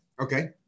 okay